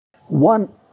One